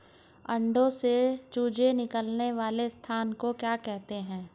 अंडों से चूजे निकलने वाले स्थान को क्या कहते हैं?